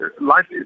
life